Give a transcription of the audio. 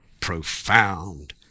profound